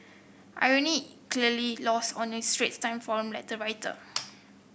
irony clearly lost on a Straits Times forum letter writer